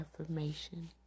affirmation